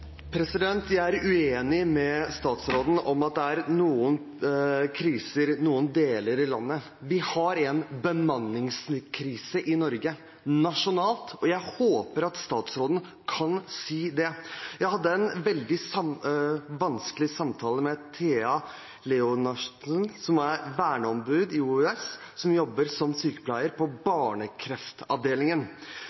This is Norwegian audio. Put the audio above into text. landet. Vi har en bemanningskrise i Norge nasjonalt, og jeg håper at statsråden kan si det. Jeg hadde en veldig vanskelig samtale med Tea Leonardsen, som er verneombud ved OUS, og som jobber som sykepleier på